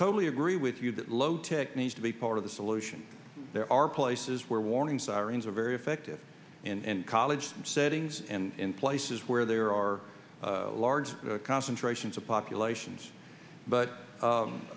totally agree with you that low tech needs to be part of the solution there are places where warning sirens are very effective and college settings in places where there are large concentrations of populations but